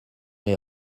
les